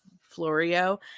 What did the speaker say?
florio